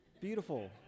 beautiful